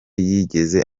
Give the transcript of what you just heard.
yigeze